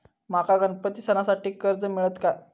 माका गणपती सणासाठी कर्ज मिळत काय?